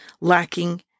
lacking